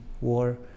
war